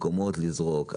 או לזרוק במקומות אחרים.